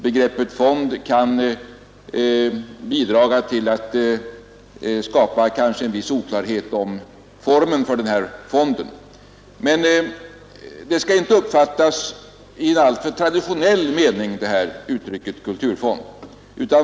Begreppet fond kan bidra till att skapa en viss oklarhet om formen för verksamheten. Uttrycket kulturfond skall inte uppfattas i en alltför traditionell mening.